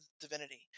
divinity